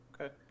Okay